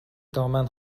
دامن